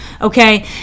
Okay